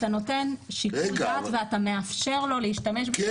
אתה נותן שיקול דעת ואתה מאפשר לו להשתמש בשיקול הדעת הזה.